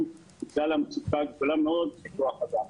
בגלל המצוקה הגדולה מאוד בכוח אדם.